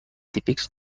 típics